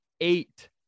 Eight